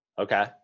Okay